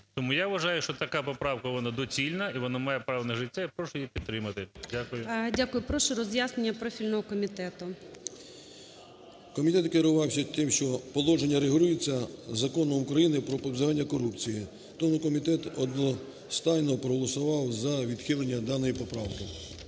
Тому я вважаю, що така поправка вона доцільна і вона має право на життя. Прошу її підтримати. Дякую. ГОЛОВУЮЧИЙ. Дякую. Прошу роз'яснення профільного комітету. 13:41:59 ПАЛАМАРЧУК М.П. Комітет керувався тим, що положення регулюється Законом України "Про запобігання корупції". Тому комітет одностайно проголосував за відхилення даної поправки.